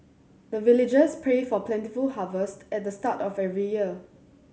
the villagers pray for plentiful harvest at the start of every year